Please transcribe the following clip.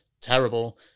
terrible